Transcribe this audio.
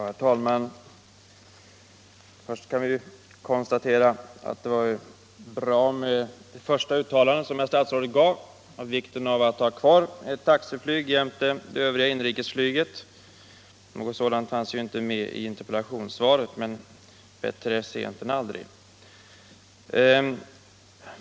Herr talman! Jag vill först konstatera att det var positivt med det uttalande statsrådet gjorde när det gällde vikten av att ha kvar ett taxiflyg jämte det övriga inrikesflyget. Något sådant uttalande fanns inte med i interpellationssvaret, men bättre sent än aldrig.